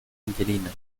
angelina